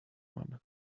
one